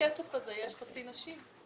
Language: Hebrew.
בכסף הזה צריכות להיות חצי נשים.